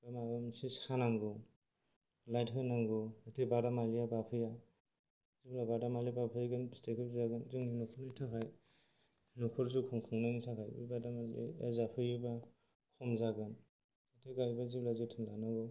माबा मोनसे सानांगौ लाइट होनांगौ जे बादामालिया बाफैयो जेब्ला बादामालि बाफैगोन फिथायखौ जागोन जोंनि न'खरनि थाखाय न'खर जौखं खुंनायनि थाखाय बे बादामालिया जाफैयोबा खम जागोन जोङो जोथोन लानांगौ